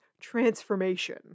transformation